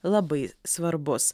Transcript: labai svarbus